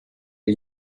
der